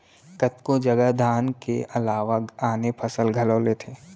कतको जघा धान के अलावा आने फसल घलौ लेथें